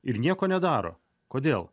ir nieko nedaro kodėl